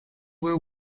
were